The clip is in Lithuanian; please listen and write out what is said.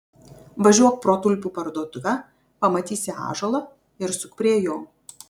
važiuok pro tulpių parduotuvę pamatysi ąžuolą ir suk prie jo